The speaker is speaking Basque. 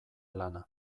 lana